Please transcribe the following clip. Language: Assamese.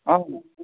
অঁ